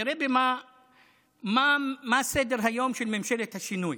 תראה מה סדר-היום של ממשלת השינוי.